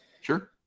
Sure